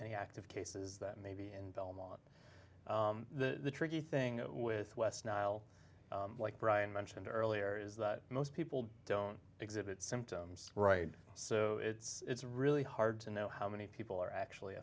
any active cases that may be in belmont the tricky thing with west nile like brian mentioned earlier is that most people don't exhibit symptoms right so it's really hard to know how many people are actually